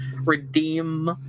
redeem